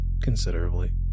considerably